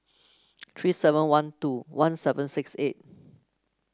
three seven one two one seven six eight